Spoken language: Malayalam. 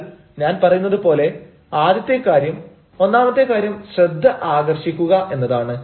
എന്നാൽ ഞാൻ പറയുന്നതു പോലെ ആദ്യത്തെ കാര്യം ഒന്നാമത്തെ കാര്യം ശ്രദ്ധ ആകർഷിക്കുക എന്നതാണ്